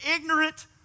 ignorant